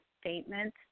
statement